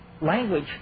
Language